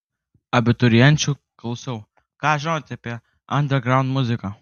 abiturienčių klausiau ką žinote apie andergraund muziką